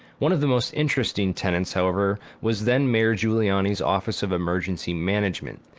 one of the most interesting tenants, however, was then-mayor giuliani's office of emergency management,